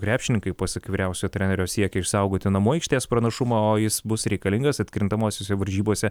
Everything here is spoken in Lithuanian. krepšininkai pasak vyriausiojo trenerio siekia išsaugoti namų aikštės pranašumą o jis bus reikalingas atkrintamosiose varžybose